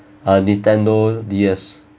a Nintendo D_S